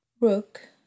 Rook